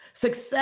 Success